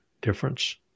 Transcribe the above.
difference